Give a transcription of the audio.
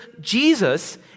Jesus